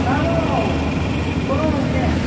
औ बुं दे